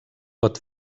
pot